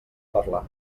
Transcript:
parlar